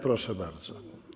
Proszę bardzo.